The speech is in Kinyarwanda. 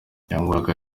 byangoraga